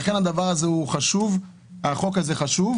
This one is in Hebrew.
לכן הדבר הזה חשוב, הצעת החוק הזאת חשובה.